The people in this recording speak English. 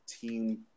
team